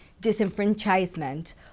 disenfranchisement